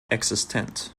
existent